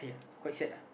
quite sad lah